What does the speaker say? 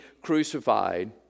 crucified